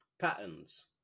patterns